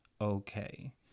Okay